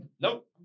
Nope